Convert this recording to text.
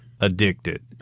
Addicted